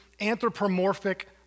anthropomorphic